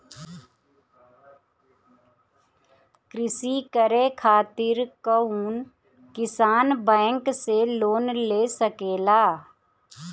कृषी करे खातिर कउन किसान बैंक से लोन ले सकेला?